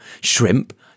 shrimp